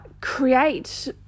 Create